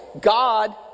God